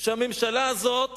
שהממשלה הזאת